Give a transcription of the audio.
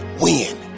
win